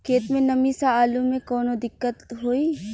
खेत मे नमी स आलू मे कऊनो दिक्कत होई?